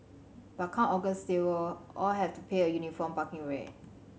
but come August they will all have to pay a uniform parking rate